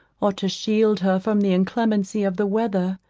or to shield her from the inclemency of the weather.